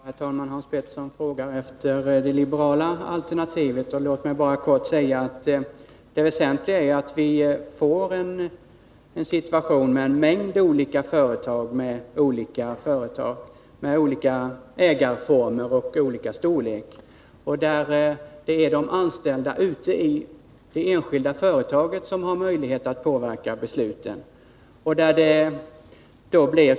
Herr talman! Hans Petersson i Hallstahammar frågar efter det liberala alternativet. Låt mig bara kort säga att det väsentliga är att vi får en situation med en mängd olika företag med skilda ägarformer och av olika storlek. De anställda ute i det enskilda företaget skall ha möjlighet att påverka besluten.